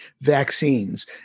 vaccines